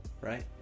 right